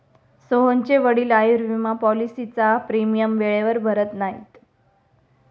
सोहनचे वडील आयुर्विमा पॉलिसीचा प्रीमियम वेळेवर भरत नाहीत